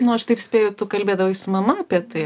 nu aš taip spėju tu kalbėdavai su mama apie tai